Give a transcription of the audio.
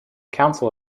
council